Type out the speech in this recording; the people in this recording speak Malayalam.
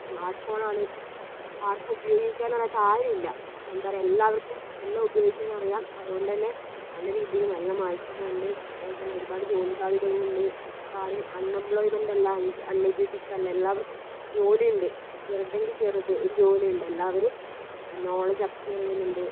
സ്മാർട്ട് ഫോണാണിപ്പം ആർക്കും ഉപയോഗിക്കാനറിയാത്ത ആരും ഇല്ല എന്താ പറയുക എല്ലാവർക്കും എല്ലം ഉപയോഗിക്കാനറിയാം അതുകൊണ്ടുതന്നെ നല്ല രീതിയിൽ നല്ല മാറ്റങ്ങളുണ്ട് അതുപോലെതന്നെ ഒരുപാട് ജോലി സാധ്യതകൾ ഉണ്ട് ഇപ്പോൾ ആരും അൺഎംപ്ലോയ്മെന്റ് അല്ല അൺഎഡ്യൂക്കേറ്റഡ് അല്ല എല്ലാവർക്കും ജോലിയുണ്ട് ചെറുതെങ്കിൽ ചെറുത് ഒരു ജോലി ഉണ്ട് എല്ലാവരും നോളജ് അക്ക്യൂറ് ചെയ്യുന്നുണ്ട്